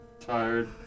tired